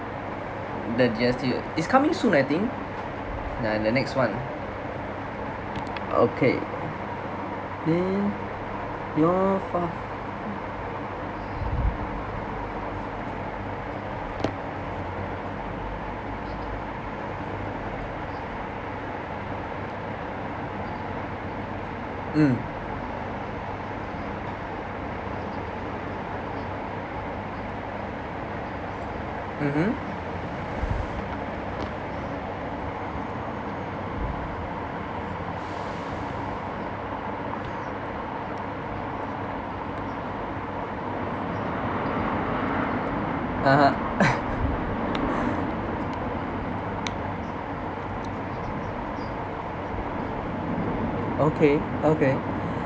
that G_S_T it's coming soon I think nah the next one okay hmm your far mm mmhmm (uh huh) okay okay